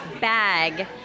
bag